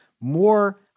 More